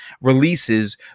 releases